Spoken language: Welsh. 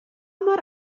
mor